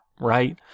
right